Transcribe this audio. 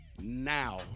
now